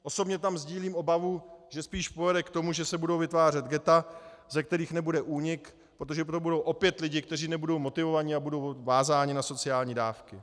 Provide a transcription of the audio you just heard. Osobně tam sdílím obavu, že spíš povede k tomu, že se budou vytvářet ghetta, ze kterých nebude úniku, protože to budou opět lidé, kteří nebudou motivováni a budou vázáni na sociální dávky.